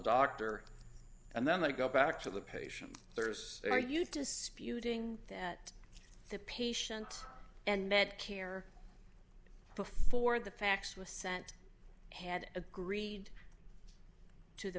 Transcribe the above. doctor and then they go back to the patient there's are you disputing that the patient and medicare before the facts were sent had agreed to the